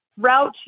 route